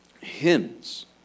hymns